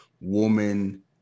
woman